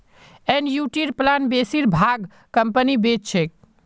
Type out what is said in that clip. एनयूटीर प्लान बेसिर भाग कंपनी बेच छेक